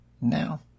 Now